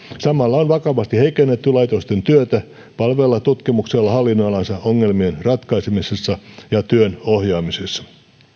samalla on vakavasti heikennetty laitosten työtä palvella tutkimuksella hallinnonalansa ongelmien ratkaisemisessa ja työn ohjaamisessa